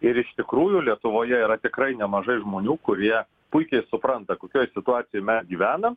ir iš tikrųjų lietuvoje yra tikrai nemažai žmonių kurie puikiai supranta kokioj situacijoj mes gyvenam